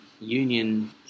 union